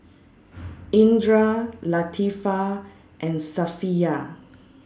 Indra Latifa and Safiya